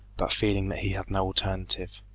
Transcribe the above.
but feeling that he had no alternative,